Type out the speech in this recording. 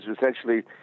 essentially